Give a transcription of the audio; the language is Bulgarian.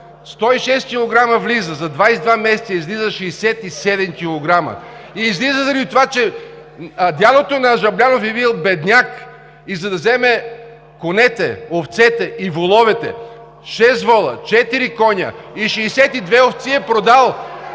шест килограма влиза, за 22 месеца излиза 67 килограма. Излиза заради това, че дядото на Жаблянов е бил бедняк и за да вземе конете, овцете и воловете… Шест вола, 4 коня и 62 овце е продал